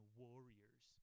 warriors